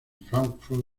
fráncfort